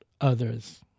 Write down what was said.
others